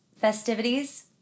festivities